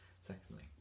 secondly